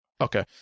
Okay